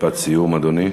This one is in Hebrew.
משפט סיום, אדוני.